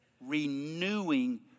renewing